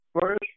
first